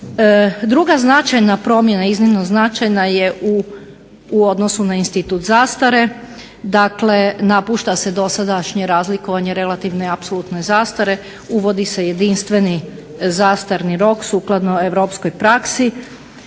Druga značajna promjena je u odnosu na institut zastare, dakle, napušta se dosadašnje razlikovanje relativne i apsolutne zastare, uvodi se jedinstveni zastarni rok sukladno Europskoj praksi